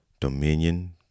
Dominion